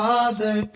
Father